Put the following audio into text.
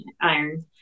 iron